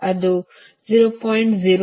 02 ಜೊತೆಗೆ j 0